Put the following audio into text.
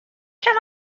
can